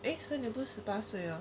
eh 现在你不是十八岁了